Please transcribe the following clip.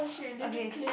okay